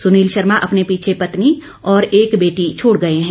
सुनील शर्मा अपने पीर्छे पत्नी और एक बेटी छोड़ गए हैं